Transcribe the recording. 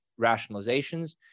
rationalizations